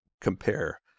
compare